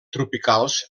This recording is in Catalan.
tropicals